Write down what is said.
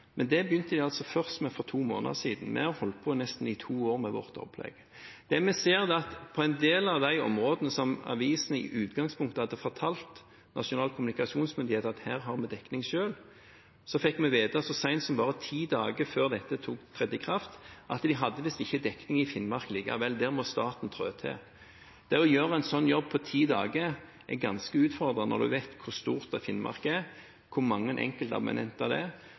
men det begynte de altså med først for to måneder siden. Vi har holdt på i nesten to år med vårt opplegg. Det vi ser, er at på en del av de områdene der avisene i utgangspunktet hadde fortalt Nasjonal kommunikasjonsmyndighet at de hadde dekning selv, fikk vi vite så sent som bare ti dager før dette trådte i kraft, at de hadde visst ikke dekning i Finnmark likevel. Der må staten trå til. Det å gjøre en slik jobb på ti dager er ganske utfordrende når en vet hvor stort Finnmark er, hvor mange enkeltabonnenter det er, og hva det